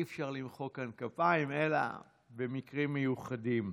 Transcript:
אי-אפשר למחוא כאן כפיים אלא במקרים מיוחדים.